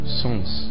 sons